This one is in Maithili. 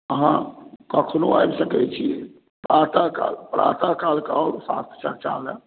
हाँ कखनो आबि सकैत छी प्रातःकाल प्रातःकालके आउ साथ चर्चा ला